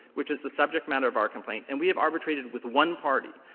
which is the subject matter of our complaint. and we have arbitrated with one party.